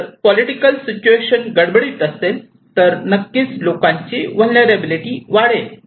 जर political situation गडबडीत असेल तर नक्कीच लोकांची व्हलनेरलॅबीलीटी वाढेल